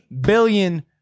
billion